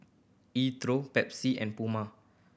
E Twow Pepsi and Puma